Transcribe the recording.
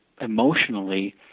emotionally